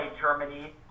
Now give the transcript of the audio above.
Germany